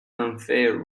unfair